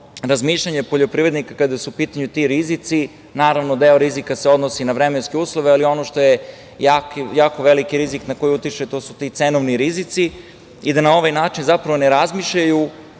razmišljanje poljoprivrednika kada su u pitanju ti rizici. Naravno, deo rizika se odnosi na vremenske uslove, ali ono što je jako veliki rizik na koji utiče, to su ti cenovni rizici i da na ovaj način zapravo ne razmišljaju